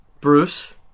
Bruce